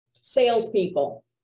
Salespeople